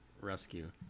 rescue